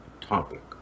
topic